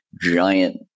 giant